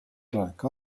elanike